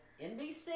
NBC